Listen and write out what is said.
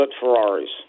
Ferraris